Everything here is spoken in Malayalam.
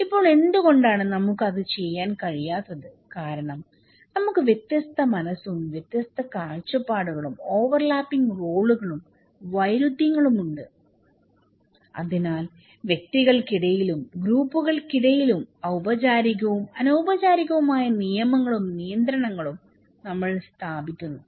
ഇപ്പോൾ എന്തുകൊണ്ടാണ് നമുക്ക് അത് ചെയ്യാൻ കഴിയാത്തത് കാരണം നമുക്ക് വ്യത്യസ്ത മനസ്സും വ്യത്യസ്ത കാഴ്ചപ്പാടുകളും ഓവർലാപ്പിംഗ് റോളുകളും വൈരുദ്ധ്യങ്ങളും ഉണ്ട് അതിനാൽ വ്യക്തികൾക്കിടയിലും ഗ്രൂപ്പുകൾക്കിടയിലും ഔപചാരികവും അനൌപചാരികവുമായ നിയമങ്ങളും നിയന്ത്രണങ്ങളും നമ്മൾ സ്ഥാപിക്കുന്നു